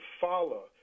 follow